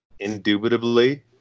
indubitably